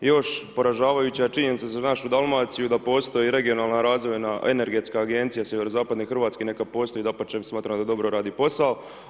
Još poražavajuća je činjenica za našu Dalmaciju da postoje i regionalna razvojna, energetska agencija sjeverozapadne hrvatske, neka postoji, dapače, smatram da dobro radi posao.